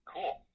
Cool